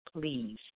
please